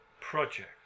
project